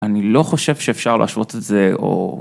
אני לא חושב שאפשר להשוות את זה, או...